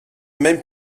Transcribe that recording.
même